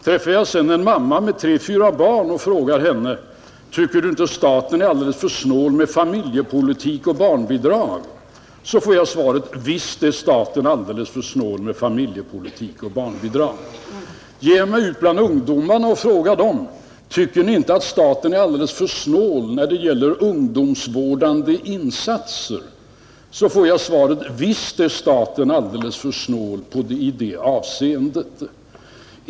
Träffar jag sedan en mamma med tre fyra barn och frågar henne: Tycker du inte att staten är alldeles för snål med familjepolitik och barnbidrag, så får jag svaret: Visst är staten alldeles för snål med familjepolitik och barnbidrag. Ger jag mig ut bland ungdomarna och frågar dem: Tycker ni inte att staten är alldeles för snål när det gäller ungdomsvårdande insatser, så får jag svaret: Visst är staten alldeles för snål i det avseendet.